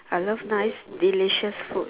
I love nice delicious food